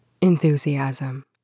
enthusiasm